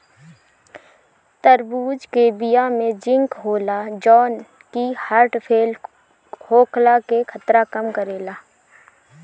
तरबूज के बिया में जिंक होला जवन की हर्ट फेल होखला के खतरा कम करेला